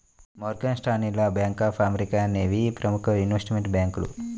Morgan Stanley, bank of America అనేయ్యి ప్రముఖ investment బ్యేంకులు